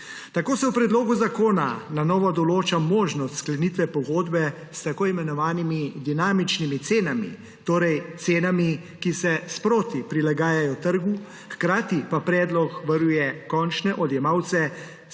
Tako se v predlogu zakona na novo določa možnost sklenitve pogodbe s tako imenovanimi dinamičnimi cenami, torej cenami, ki se sproti prilagajajo trgu, hkrati pa predlog varuje končne odjemalce,